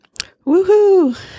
Woohoo